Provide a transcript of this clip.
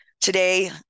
Today